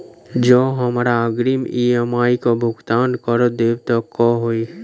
जँ हमरा अग्रिम ई.एम.आई केँ भुगतान करऽ देब तऽ कऽ होइ?